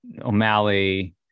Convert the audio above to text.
O'Malley